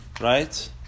right